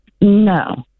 No